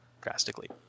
drastically